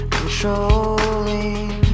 Controlling